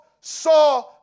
saw